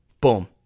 boom